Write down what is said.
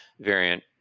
variant